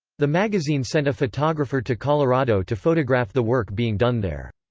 the magazine sent a photographer to colorado to photograph the work being done there.